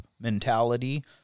mentality